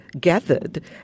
gathered